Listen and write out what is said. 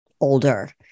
older